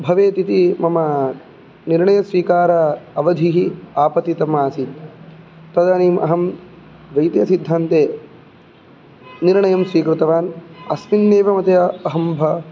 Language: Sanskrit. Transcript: भवेतिति मम निर्णयस्वीकार अवधिः आपतितम् आसीत् तदानीम् अहं द्वैतसिद्धान्ते निर्णयं स्वीकृतवान् अस्मिन्नेव मते अहं